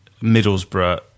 Middlesbrough